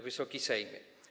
Wysoki Sejmie!